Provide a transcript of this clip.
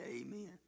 amen